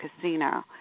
casino